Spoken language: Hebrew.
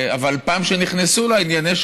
אבל פעם שנכנסו לעניין,